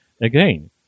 again